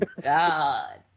God